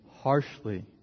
harshly